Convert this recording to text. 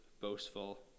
boastful